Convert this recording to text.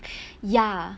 ya